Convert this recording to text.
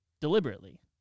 deliberately